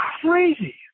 crazy